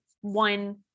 one